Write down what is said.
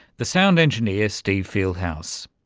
the sound engineer steve fieldhouse.